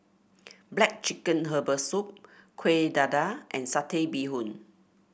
black chicken Herbal Soup Kuih Dadar and Satay Bee Hoon